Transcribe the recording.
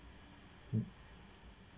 mm